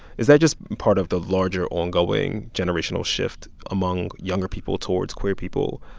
is that just part of the larger ongoing generational shift among younger people towards queer people?